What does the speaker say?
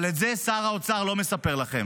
אבל את זה שר האוצר לא מספר לכם.